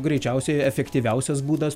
greičiausiai efektyviausias būdas